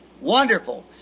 wonderful